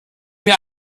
mir